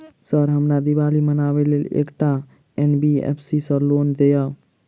Sir हमरा दिवाली मनावे लेल एकटा एन.बी.एफ.सी सऽ लोन दिअउ?